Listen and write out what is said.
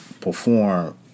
perform